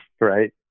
right